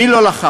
מי לא לחץ,